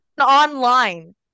online